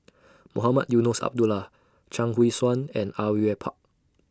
Mohamed Eunos Abdullah Chuang Hui Tsuan and Au Yue Pak